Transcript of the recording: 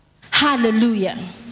hallelujah